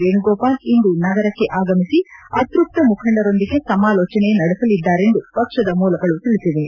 ವೇಣುಗೋಪಾಲ್ ಇಂದು ನಗರಕ್ಕೆ ಆಗಮಿಸಿ ಅತೃಪ್ತ ಮುಖಂಡರೊಂದಿಗೆ ಸಮಾಲೋಚನೆ ನಡೆಸಲಿದ್ದಾರೆಂದು ಪಕ್ಷದ ಮೂಲಗಳು ತಿಳಿಸಿವೆ